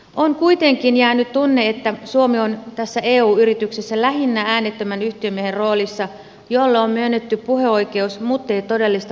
on kuitenkin jäänyt tunne että suomi on tässä eu yrityksessä lähinnä äänettömän yhtiömiehen roolissa jolle on myönnetty puheoikeus muttei todellista päätösvaltaa